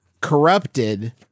corrupted